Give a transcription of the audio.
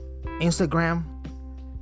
Instagram